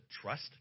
trust